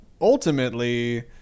ultimately